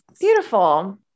Beautiful